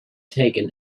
taken